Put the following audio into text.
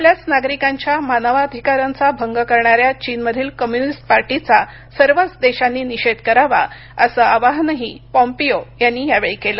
आपल्याच नागरिकांच्या मानवाधिकारांचा भंग करणाऱ्या चीनमधील कम्युनिस्ट पार्टीचा सर्वच देशांनी निषेध करावा असं आवाहनही पोम्पिओ यांनी यावेळी केलं